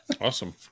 Awesome